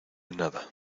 nada